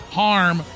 harm